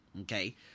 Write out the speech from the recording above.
okay